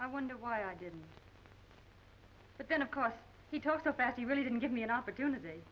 i wonder why i didn't but then of course he talked about he really didn't give me an opportunity